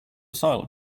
asylum